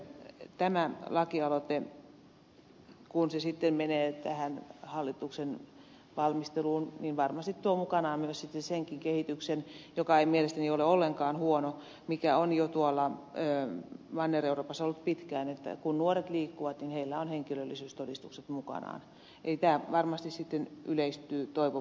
tämä lakialoite kun se sitten menee tähän hallituksen valmisteluun varmasti tuo mukanaan meille sitten senkin kehityksen joka ei mielestäni ole ollenkaan huono mikä on jo tuolla manner euroopassa ollut pitkään että kun nuoret liikkuvat niin heillä on henkilöllisyystodistukset mukanaan eli tämä varmasti sitten yleistyy toivon mukaan